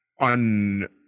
on